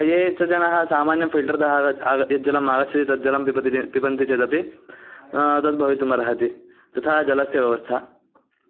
ये च जनाः सामान्यं फ़िल्टर्तः यत् जलम् आगच्छति तद् जलं पिबन्ति पिबन्ति चेदपि तद् भवितुमर्हति तथा जलस्य व्यवस्था